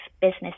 business